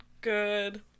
good